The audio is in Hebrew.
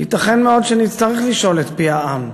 ייתכן מאוד שנצטרך לשאול את פי העם.